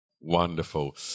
Wonderful